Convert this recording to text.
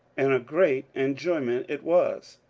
and a great enjoyment it was.